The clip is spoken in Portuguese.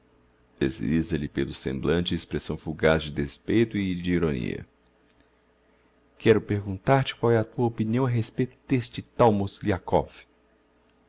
pelo semblante expressão fugaz de despeito e de ironia quero perguntar te qual é a tua opinião a respeito d'este tal